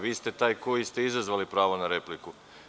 Vi ste taj koji ste izazvali pravo na repliku.